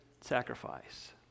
sacrifice